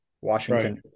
Washington